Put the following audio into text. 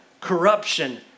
corruption